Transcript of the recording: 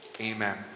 Amen